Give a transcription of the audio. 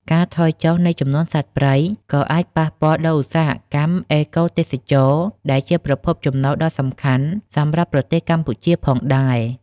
ការថយចុះនៃចំនួនសត្វព្រៃក៏អាចប៉ះពាល់ដល់ ឧស្សាហកម្មអេកូទេសចរណ៍ ដែលជាប្រភពចំណូលដ៏សំខាន់សម្រាប់ប្រទេសកម្ពុជាផងដែរ។